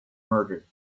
murdered